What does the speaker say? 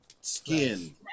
skin